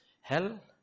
Hell